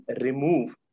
remove